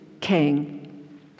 king